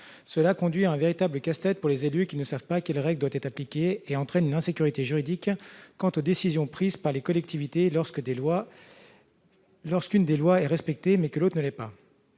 C'est un véritable casse-tête pour les élus, qui ne savent pas quelle règle doit être appliquée. Cela entraîne une insécurité juridique des décisions prises par les collectivités lorsqu'une loi est respectée et que l'autre ne l'est pas.